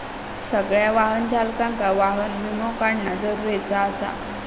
सगळ्या वाहन चालकांका वाहन विमो काढणा जरुरीचा आसा